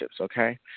okay